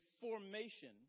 formation